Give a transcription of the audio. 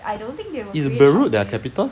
is beirut their capital